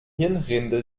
hirnrinde